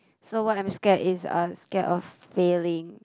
so what I'm scared is uh scared of failing